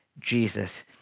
Jesus